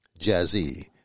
Jazzy